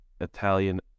Italian